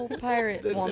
pirate